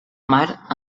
mar